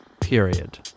Period